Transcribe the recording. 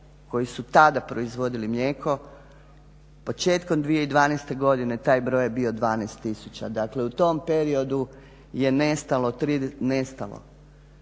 koji su tada proizvodili mlijeko početkom 2012. godine taj broj je bio 12000. Dakle, u tom periodu je nestalo,